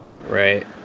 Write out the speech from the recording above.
Right